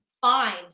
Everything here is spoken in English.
find